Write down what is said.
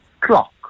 clock